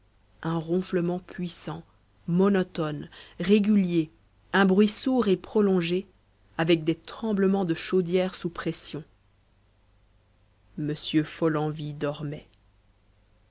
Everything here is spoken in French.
un ronflement puissant monotone régulier un bruit sourd et prolongé avec des tremblements de chaudière sous pression m follenvie dormait